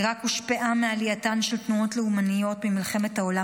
עיראק הושפעה מעלייתן של תנועות לאומניות ממלחמת העולם